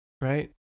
right